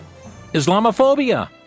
Islamophobia